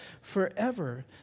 forever